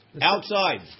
Outside